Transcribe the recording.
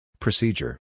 Procedure